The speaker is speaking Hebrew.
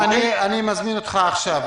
אז אני מזמין אותך עכשיו,